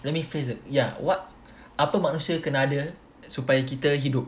let me phrase that ya what apa manusia kena ada supaya kita hidup